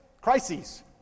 crises